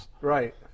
Right